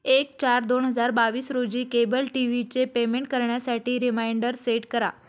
एक चार दोन हजार बावीस रोजी केबल टीव्हीचे पेमेंट करण्यासाठी रिमाइंडर सेट करा